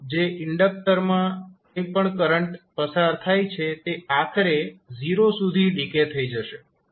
તો જે ઇન્ડકટરમાં કંઇ પણ કરંટ પસાર થાય છે તે આખરે 0 સુધી ડીકે થઈ જશે